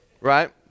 Right